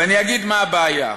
ואני אגיד מה הבעיה,